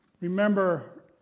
Remember